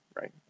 right